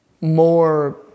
more